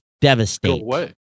devastate